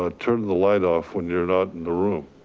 ah turn the light off when you're not in the room.